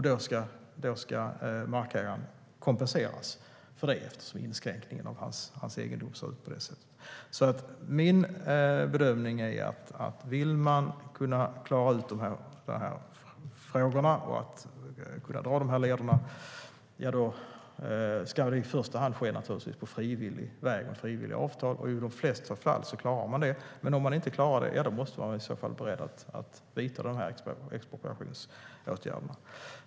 Då ska markägaren kompenseras för inskränkningen av egendomen. Min bedömning är att vill man kunna klara ut de här frågorna och kunna dra de här lederna ska det naturligtvis i första hand ske på frivillig väg med frivilliga avtal. I de flesta fall klarar man det. Men om man inte klarar det måste man vara beredd att vidta expropriationsåtgärder.